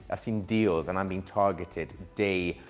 i've seen deals and i'm being targeted day,